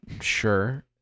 sure